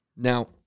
Now